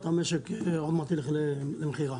המשק עוד מעט יילך למכירה.